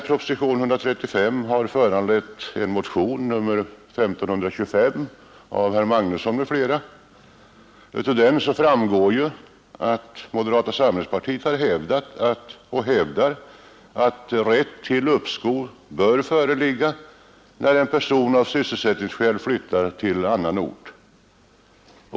Propositionen 135 har föranlett en motion nr 1525 av herr Magnusson i Borås m.fl. Av denna framgår att moderata samlingspartiet hävdat och hävdar att rätt till uppskov med realisationsvinstbeskattning bör föreligga när en person av sysselsättningsskäl flyttar till annan ort.